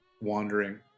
wandering